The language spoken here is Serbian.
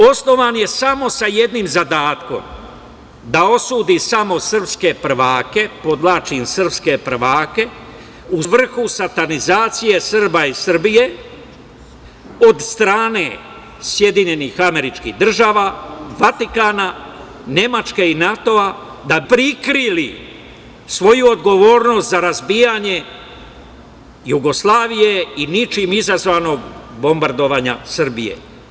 Osnovan je samo sa jednim zadatkom da osudi samo srpske prvake, podvlačim srpske prvake u svrhu satanizacije Srba i Srbije, od strane SAD, Vatikana, Nemačke i NATO-a, da bi prikrili svoju odgovornost za razbijanje Jugoslavije i ničim izazvanog bombardovanja Srbije.